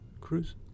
Cruise